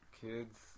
kids